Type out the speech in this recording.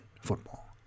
football